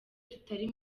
tutari